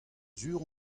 sur